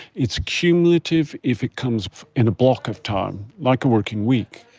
it's a cumulative if it comes in a block of time, like a working week.